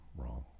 wrong